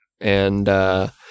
and-